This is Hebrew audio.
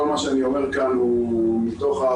כל מה שאני אומר כאן הוא רק מתוך מה